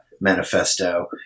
manifesto